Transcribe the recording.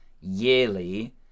yearly